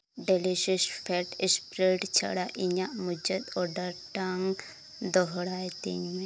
delicious feta spread ᱪᱷᱟᱲᱟ ᱤᱧᱟᱹᱜ ᱢᱩᱪᱟᱹᱫ ᱚᱨᱰᱟᱨ ᱴᱟᱜ ᱫᱚᱦᱚᱲᱟᱭ ᱛᱤᱧ ᱢᱮ